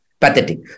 pathetic